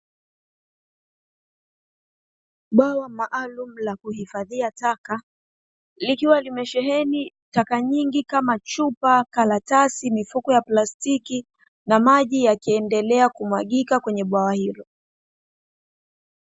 Bwawa maalumu la kuhifadhia taka likiwa limesheheni taka nyingi kama chupa, karatasi, mifuko ya plastiki na maji yakiendelea kumwagika kwenye bwawa hilo.